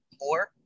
more